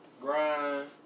Grind